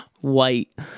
white